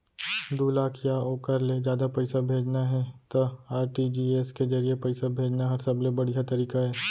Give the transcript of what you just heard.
दू लाख या ओकर ले जादा पइसा भेजना हे त आर.टी.जी.एस के जरिए पइसा भेजना हर सबले बड़िहा तरीका अय